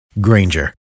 Granger